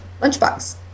lunchbox